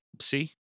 See